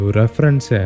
reference